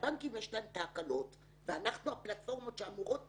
לבנקים יש את ההקלות, ואנחנו, הפלטפורמות שאמורות